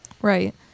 Right